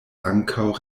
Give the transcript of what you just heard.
ankaŭ